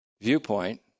viewpoint